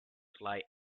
slight